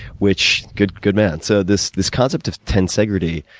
which good good man. so, this this concept of tensegrity,